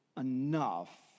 enough